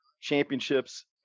championships